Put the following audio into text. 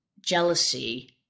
jealousy